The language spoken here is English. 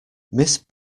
miss